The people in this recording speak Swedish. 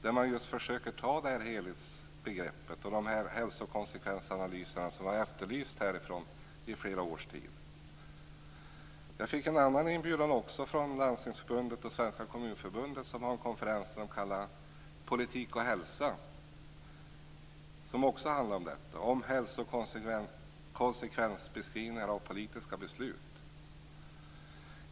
Där försöker man ta detta helhetsgrepp och göra de hälsokonsekvensanalyser som vi har efterlyst under flera års tid. Jag fick också en inbjudan från Landstingsförbundet och Svenska Kommunförbundet till en konferens som de kallar Politik och hälsa. Den handlar också om hälsokonsekvensbeskrivningar och politiska beslut.